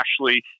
Ashley